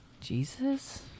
Jesus